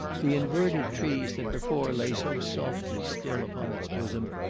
the inverted trees, that before lay so softly still upon its bosom,